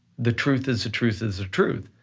the truth is the truth, is the truth.